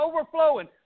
overflowing